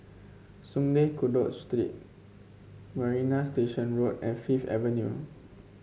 Sungei Kadut Street Marina Station Road and Fifth Avenue